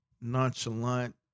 nonchalant